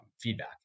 feedback